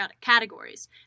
categories